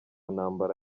ntambara